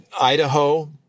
Idaho